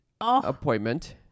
appointment